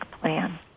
plan